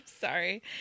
sorry